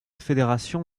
fédération